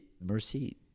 mercy